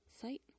site